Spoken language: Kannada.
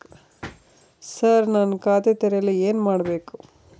ಸರ್ ನಾನು ಖಾತೆ ತೆರೆಯಲು ಏನು ಬೇಕು?